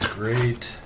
Great